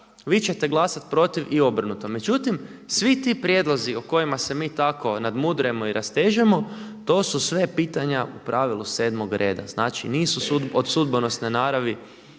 vi ćete glasati protiv i obrnuto. Međutim, svi ti prijedlozi o kojima se mi tako nadmudrujemo i rastežemo, to su sve pitanja u pravilu 7.-og reda, znači nisu od sudbonosne naravi